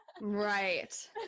right